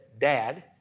Dad